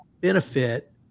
benefit